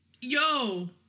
Yo